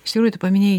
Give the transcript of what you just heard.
iš tikrųjų tu paminėjai